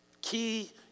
Key